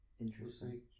Interesting